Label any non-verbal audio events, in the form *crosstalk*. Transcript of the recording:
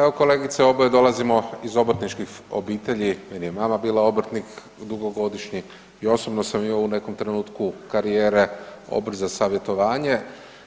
Evo kolegice, oboje dolazimo iz obrtničkih obitelji, meni je mama bila obrtnik dugogodišnji i osobno sam ... *unintelligible* nekom trenutku karijere Odbor za savjetovanje,